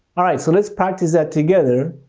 alright, so let's practice that together.